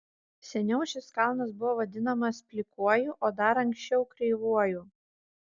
seniau šis kalnas buvo vadinamas plikuoju o dar anksčiau kreivuoju